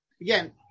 again